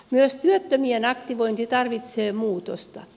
myös työttömien aktivointi tarvitsee muutosta